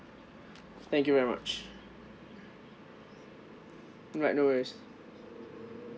thank you very much alright no worries